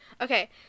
Okay